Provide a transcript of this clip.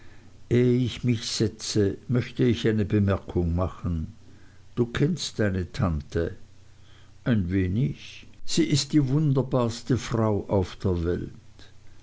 ich mich setze möchte ich eine bemerkung machen du kennst deine tante ein wenig sie ist die wunderbarste frau auf der welt